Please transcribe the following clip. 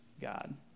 God